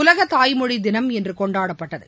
உலக தாய்மொழி தினம் இன்று கொண்டாடப்பட்டது